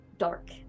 dark